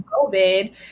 COVID